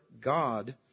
God